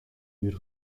uur